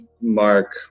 Mark